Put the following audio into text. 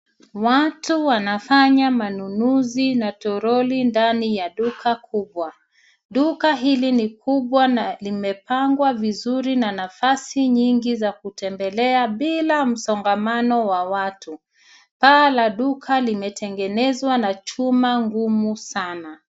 Watu wanafanya manunuzi na toroli ndani ya duka kubwa. Duka hili ni kubwa na limepangwa vizuri na nafasi nyingi za kutembelea bila msongamano wa watu. Paa la duka limetengenezwa na chuma ngumu sana.